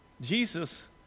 Jesus